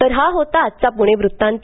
तर हा होता आजचा पूणे वृत्तांत